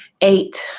Eight